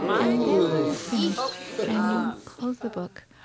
and then when you're finished and you close the book,